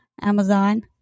Amazon